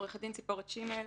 עו"ד ציפורת שימל,